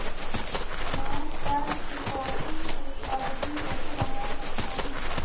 मैं ऋण चुकौती की अवधि कैसे बढ़ा सकता हूं?